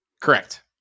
Correct